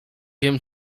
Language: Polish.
wiem